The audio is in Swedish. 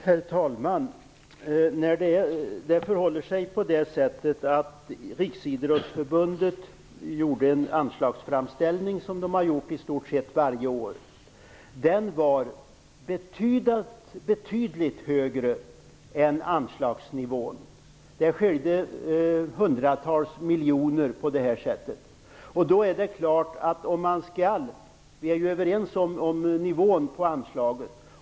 Herr talman! Det förhåller sig så att Riksidrottsförbundet gjorde, precis som det gör i stort sett varje år, en anslagsframställning. Men den låg på en betydligt högre nivå än anslagsnivån. Den skilde hundratals miljoner. Vi är ju överens om anslagsnivån.